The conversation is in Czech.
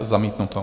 Zamítnuto.